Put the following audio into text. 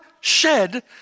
shed